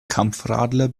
kampfradler